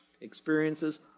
Experiences